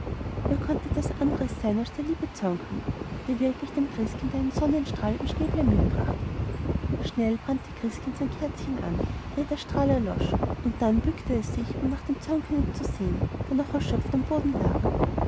wer konnte das anders sein als der liebe zaunkönig der wirklich dem christkind einen sonnenstrahl im schnäblein mitbrachte schnell brannte christkind sein kerzchen an ehe der strahl erlosch und dann bückte es sich um nach dem zaunkönig zu sehen der noch erschöpft am boden lag